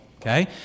okay